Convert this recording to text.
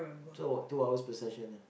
so about two hours per session ah